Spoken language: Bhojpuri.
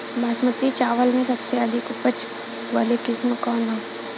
बासमती चावल में सबसे अधिक उपज वाली किस्म कौन है?